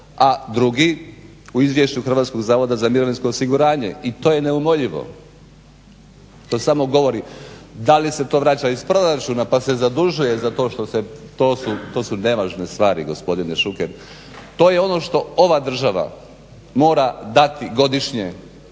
a drugi u Izvješću Hrvatskog zavoda za mirovinsko osiguranje. I to je neumoljivo, to samo govori da li se to vraća iz proračuna pa se zadužuje za to što se, to su nevažne stvari gospodine Šuker, to je ono što ova država mora dati godišnje